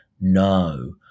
no